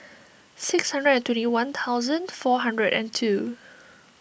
six hundred and twenty one thousand four hundred and two